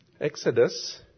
Exodus